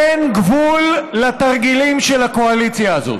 אין גבול לתרגילים של הקואליציה הזאת.